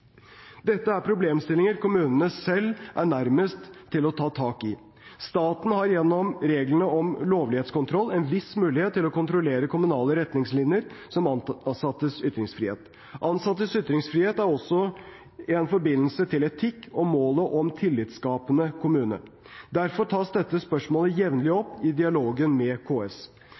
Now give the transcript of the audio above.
Dette er problemstillinger kommunene selv er nærmest til å ta tak i. Staten har gjennom reglene om lovlighetskontroll en viss mulighet til å kontrollere kommunale retningslinjer om ansattes ytringsfrihet. Ansattes ytringsfrihet har også en forbindelse til etikk og målet om en tillitsskapende kommune. Derfor tas dette spørsmålet jevnlig opp i dialogen med KS.